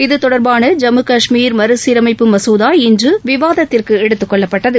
இதுதொடர்பான ஜம்மு கஷ்மீர் மறுசீரமைப்பு மசோதா இன்றுவிவாதத்திற்குஎடுத்துக்கொள்ளப்பட்டது